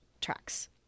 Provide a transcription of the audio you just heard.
tracks